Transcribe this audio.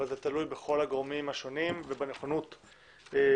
אבל זה תלוי בכל הגורמים השונים ובנכונות להגיע.